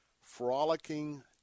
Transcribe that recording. frolicking